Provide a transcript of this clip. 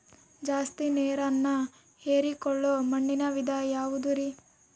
ಜಾಸ್ತಿ ನೇರನ್ನ ಹೇರಿಕೊಳ್ಳೊ ಮಣ್ಣಿನ ವಿಧ ಯಾವುದುರಿ?